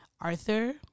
Arthur